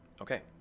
Okay